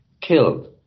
killed